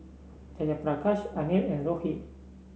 Jayaprakash Anil and Rohit